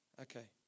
Okay